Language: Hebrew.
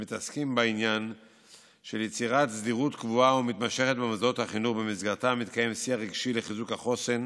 הם מתעסקים ביצירת סדירות קבועה ומתמשכת במוסדות החינוך לחיזוק החוסן,